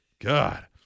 God